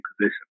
position